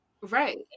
Right